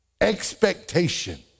Expectation